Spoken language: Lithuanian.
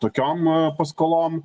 tokiom paskolom